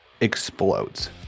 explodes